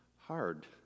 hard